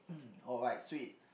oh right sweet